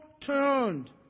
turned